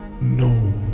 No